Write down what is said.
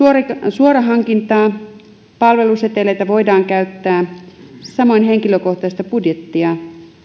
suorahankintaa palveluseteleitä voidaan käyttää samoin henkilökohtaista budjettia